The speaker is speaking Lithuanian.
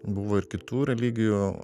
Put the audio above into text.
buvo ir kitų religijų